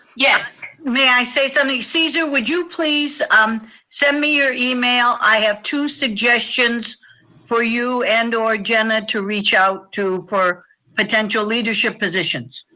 yes? may i say something? cesar, would you please um send me your email? i have two suggestions for you and or jena to reach out to for potential leadership positions.